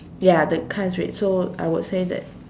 ya the car is red so I would say that